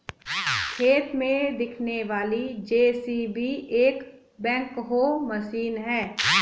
खेत में दिखने वाली जे.सी.बी एक बैकहो मशीन है